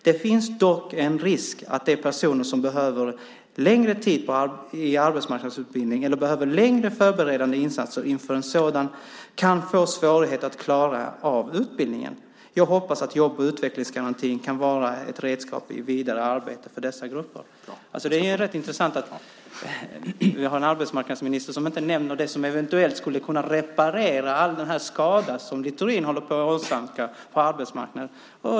Det finns dock en risk att de personer som behöver längre tider i arbetsmarknadsutbildning eller behöver längre förberedande insatser inför en sådan kan få svårigheter att klara av utbildningen. Jag hoppas att jobb och utvecklingsgarantin kan vara ett redskap i det vidare arbetet för dessa grupper. Det är rätt intressant att vi har en arbetsmarknadsminister som inte nämner det som eventuellt skulle kunna reparera all den skada som Littorin håller på att åsamka arbetsmarknaden.